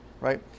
right